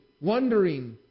wondering